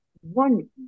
one